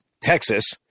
Texas –